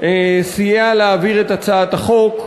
סייע להעביר את הצעת החוק,